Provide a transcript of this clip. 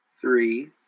three